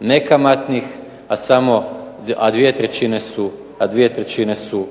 nekamatnih, a samo 2 trećine su